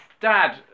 dad